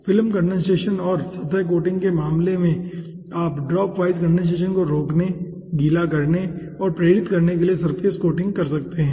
film condensation और सतह coating के मामले में आप ड्रॉप वाइज कंडेनसेशन को रोकने गीला करने और प्रेरित करने के लिए सरफेस कोटिंग कर सकते हैं